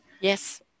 Yes